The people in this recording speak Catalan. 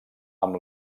amb